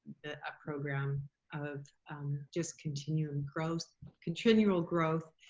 a program of just continual growth continual growth